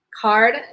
card